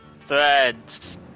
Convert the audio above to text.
Threads